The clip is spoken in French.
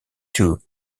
two